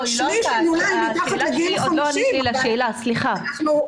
--- שליש הן מתחת לגיל 50. אלה המספרים.